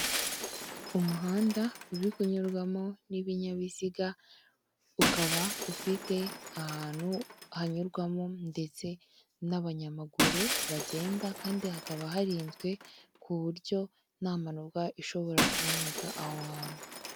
Umuhanda uri kunyurwamo n'ibinyabiziga ukaba ufite ahantu hanyurwamo ndetse n'abanyamaguru bagenda, kandi hakaba harinzwe ku buryo nta mpanuka ishobora kuboneka aho hantu.